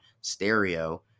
stereo